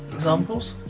examples?